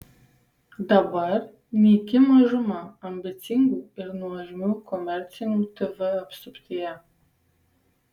dabar nyki mažuma ambicingų ir nuožmių komercinių tv apsuptyje